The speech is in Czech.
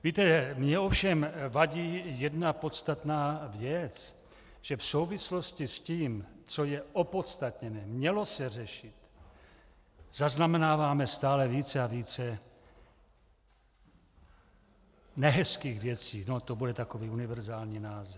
Víte, mně ovšem vadí jedna podstatná věc, že v souvislosti s tím, co je opodstatněné, mělo se řešit, zaznamenáváme stále více a více nehezkých věcí to bude takový univerzální název.